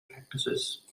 practices